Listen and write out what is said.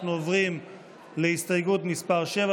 אנחנו עוברים להסתייגות מס' 7,